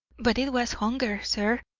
but it was hunger, sir.